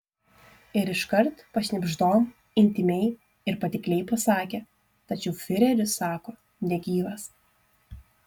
ir iškart pašnibždom intymiai ir patikliai pasakė tačiau fiureris sako negyvas